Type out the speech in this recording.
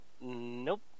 nope